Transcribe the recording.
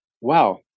wow